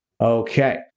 Okay